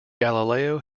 galileo